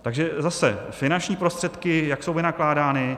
Takže zase finanční prostředky, jak jsou vynakládány.